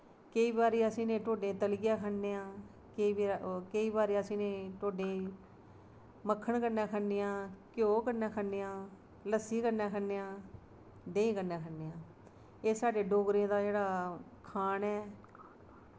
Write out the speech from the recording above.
केईं बारी अस इ'नें ढोड्डें ई तलियै खन्ने आं केईं बारी अस इ'नें ढोड्डें ई मक्खन कन्नै खन्ने आं घ्योऽ कन्नै खन्ने आं लस्सी कन्नै खन्ने आं देहीं कन्नै खन्ने आं एह् साढ़े डोगरें दा जेह्ड़ा खान ऐ